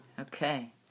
Okay